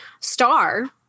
star